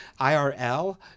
IRL